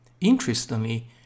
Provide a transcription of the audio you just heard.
Interestingly